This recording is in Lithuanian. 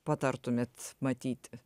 patartumėt matyti